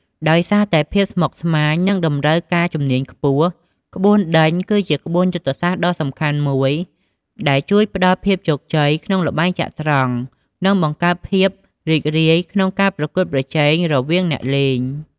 ដោយសារតែភាពស្មុគស្មាញ និងតម្រូវការជំនាញខ្ពស់ ក្បួនដេញគឺជាក្បួនយុទ្ធសាស្ត្រដ៏សំខាន់មួយ ដែលជួយផ្តល់ភាពជោគជ័យក្នុងល្បែងចត្រង្គ និងបង្កើតភាពរីករាយក្នុងការប្រកួតប្រជែងរវាងអ្នកលេង។